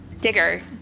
digger